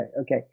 okay